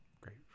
great